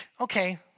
Okay